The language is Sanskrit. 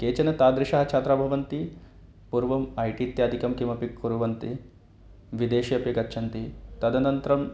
केचन तादृशाः छात्राः भवन्ति पूर्वम् ऐ टि इत्यादिकं किमपि कुर्वन्ति विदेशे अपि गच्छन्ति तदनन्तरम्